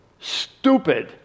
stupid